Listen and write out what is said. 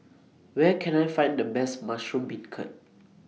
Where Can I Find The Best Mushroom Beancurd